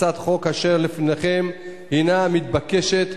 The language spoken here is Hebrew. הצעת החוק אשר לפניכם היא מתבקשת,